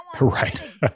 Right